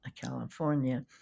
California